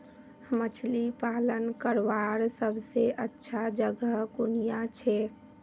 मछली पालन करवार सबसे अच्छा जगह कुनियाँ छे?